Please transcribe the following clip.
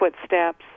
footsteps